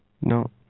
No